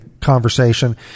conversation